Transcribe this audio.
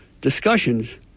discussions